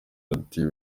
ati